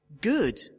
good